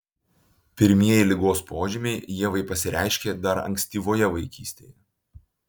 pirmieji ligos požymiai ievai pasireiškė dar ankstyvoje vaikystėje